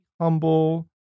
humble